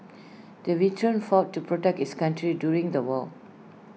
the veteran fought to protect his country during the war